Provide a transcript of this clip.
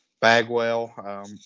Bagwell